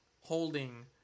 holding